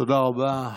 תודה רבה.